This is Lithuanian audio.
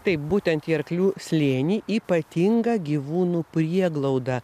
taip būtent į arklių slėnį ypatingą gyvūnų prieglaudą